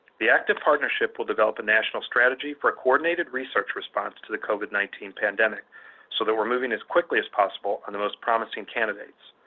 the activ partnership will develop a national strategy for coordinated research response to the covid nineteen pandemic so that we're moving as quickly as possible on the most promising candidates.